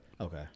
Okay